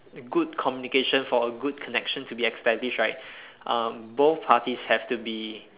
good communication for a good connection to be established right um both parties have to be